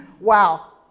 Wow